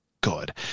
good